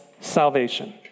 salvation